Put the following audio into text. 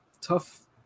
tough